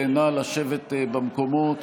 נא לשבת במקומות.